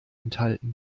enthalten